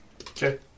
Okay